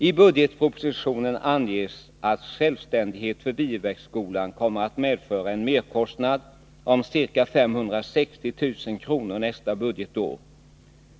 I budgetpropositionen anges att självständighet för Viebäcksskolan kommer att medföra en merkostnad om ca 560 000 kr. nästa budgetår.